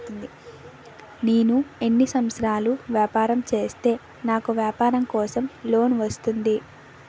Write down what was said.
నేను ఎన్ని సంవత్సరాలు వ్యాపారం చేస్తే నాకు వ్యాపారం కోసం లోన్ వస్తుంది?